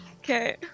Okay